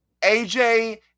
AJ